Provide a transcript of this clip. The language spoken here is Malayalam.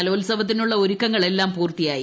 കലോത്സവത്തിനുള്ള ഒരുക്കങ്ങൾ എല്ലാം പൂർത്തിയായി